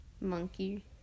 Monkey